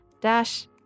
dash